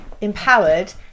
empowered